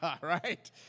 right